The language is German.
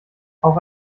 auch